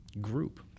group